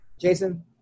Jason